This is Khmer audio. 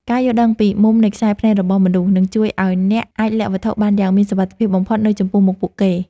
ការយល់ដឹងពីមុំនៃខ្សែភ្នែករបស់មនុស្សនឹងជួយឱ្យអ្នកអាចលាក់វត្ថុបានយ៉ាងមានសុវត្ថិភាពបំផុតនៅចំពោះមុខពួកគេ។